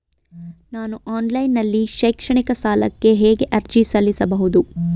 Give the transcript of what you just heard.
ನಾನು ಆನ್ಲೈನ್ ನಲ್ಲಿ ಶೈಕ್ಷಣಿಕ ಸಾಲಕ್ಕೆ ಹೇಗೆ ಅರ್ಜಿ ಸಲ್ಲಿಸಬಹುದು?